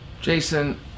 Jason